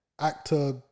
actor